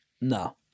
No